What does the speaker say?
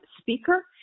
speaker